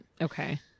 Okay